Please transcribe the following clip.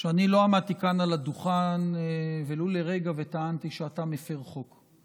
שאני לא עמדתי כאן על הדוכן ולו לרגע וטענתי שאתה מפר חוק,